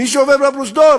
מי שעובר בפרוזדור,